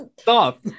Stop